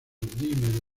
dime